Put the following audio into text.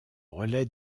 relai